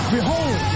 Behold